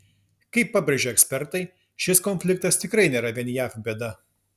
kaip pabrėžia ekspertai šis konfliktas tikrai nėra vien jav bėda